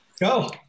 Go